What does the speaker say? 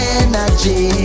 energy